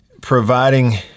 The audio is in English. providing